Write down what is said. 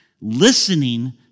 Listening